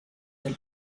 del